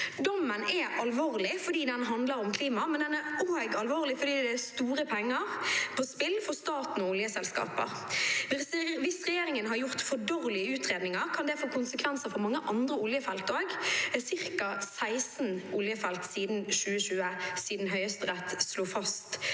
Dommen er alvorlig fordi den handler om klima, men den er også alvorlig fordi det er store penger på spill for staten og oljeselskapene. Hvis regjeringen har gjort for dårlige utredninger, kan det også få konsekvenser for mange andre oljefelt, ca. 16 oljefelt siden 2020, da Høyesterett slo fast